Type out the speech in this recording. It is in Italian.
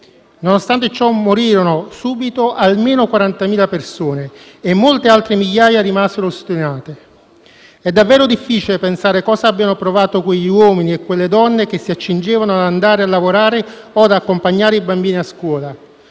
Nonostante ciò, morirono subito almeno 40.000 persone e molte altre migliaia rimasero ustionate. È davvero difficile pensare cosa abbiano provato quegli uomini e quelle donne che si accingevano ad andare a lavorare o ad accompagnare i bambini a scuola.